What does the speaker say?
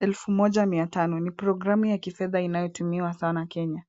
elfu moja miatano. Ni programu ya kifedha inaoyotumiwa sana Kenya.